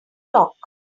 talk